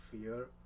fear